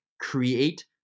create